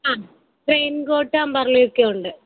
ആ raincoat umbrella ഒക്കെ ഉണ്ട്